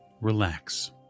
relax